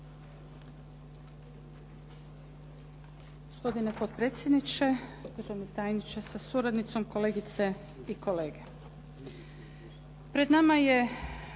Hvala vam